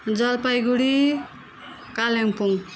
Jalpaiguri Kalimpong